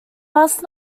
must